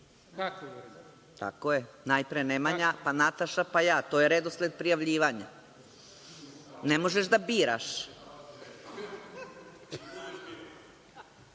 Tako je. Najpre Nemanja, pa Nataša, pa ja. To je redosled prijavljivanja. Ne možeš da biraš.